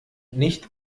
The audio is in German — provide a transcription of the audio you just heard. nicht